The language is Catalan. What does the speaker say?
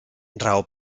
raó